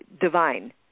divine